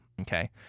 okay